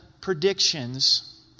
predictions